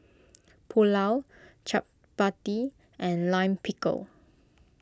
Pulao Chapati and Lime Pickle